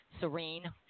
Serene